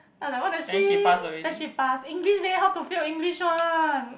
then I like !what the shit! then she passed English leh how to fail English one